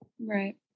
Right